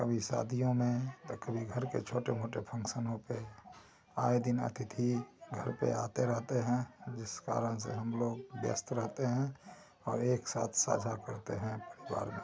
कभी शादियों में कभी घर के छोटे मोटे फंक्सनों पर आये दिन अतिथि घर पर आते रहते हैं इस कारण से हम लोग व्यस्त रहते हैं और एक साथ साझा करते हैं परिवार में